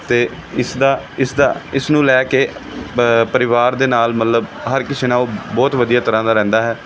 ਅਤੇ ਇਸਦਾ ਇਸਦਾ ਇਸਨੂੰ ਲੈ ਕੇ ਪਰਿਵਾਰ ਦੇ ਨਾਲ ਮਤਲਬ ਹਰ ਕਿਸੇ ਨਾਲ ਉਹ ਬਹੁਤ ਵਧੀਆ ਤਰ੍ਹਾਂ ਦਾ ਰਹਿੰਦਾ ਹੈ